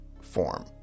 form